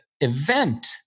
event